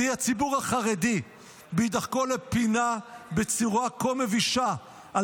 והיא: הציבור החרדי בהידחקו לפינה בצורה כה מבישה על